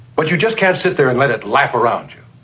but you just can't sit there and let it lap around you.